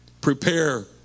Prepare